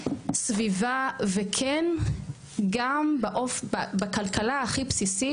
סביבה וכן גם בכלכלה הכי בסיסית,